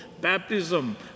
baptism